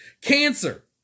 Cancer